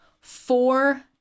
four